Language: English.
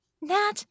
Nat